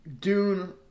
Dune